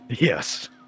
Yes